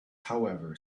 however